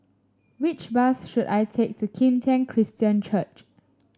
which bus should I take to Kim Tian Christian Church